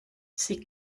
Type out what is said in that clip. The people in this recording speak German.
sie